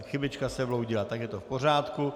Chybička se vloudila, tak je to v pořádku.